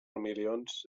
milions